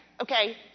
Okay